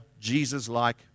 Jesus-like